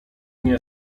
nie